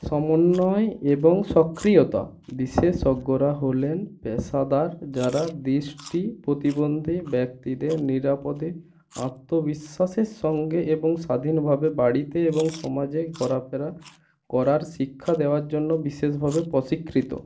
সমন্বয় এবং সক্রিয়তা বিশেষজ্ঞরা হলেন পেশাদার যারা দৃষ্টি প্রতিবন্ধী ব্যক্তিদের নিরাপদে আত্মবিশ্বাসের সঙ্গে এবং স্বাধীনভাবে বাড়িতে এবং সমাজে ঘোরাফেরা করার শিক্ষা দেওয়ার জন্য বিশেষভাবে প্রশিক্ষিত